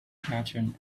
pattern